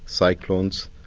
cyclones,